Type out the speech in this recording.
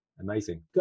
Amazing